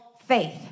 faith